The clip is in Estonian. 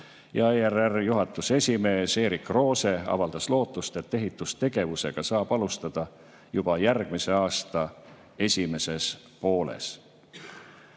ja ERR-i juhatuse esimees Erik Roose avaldas lootust, et ehitustegevust saab alustada juba järgmise aasta esimeses pooles.